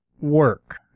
work